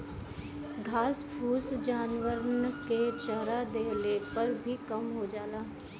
घास फूस जानवरन के चरा देहले पर भी कम हो जाला